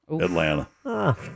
Atlanta